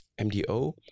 MDO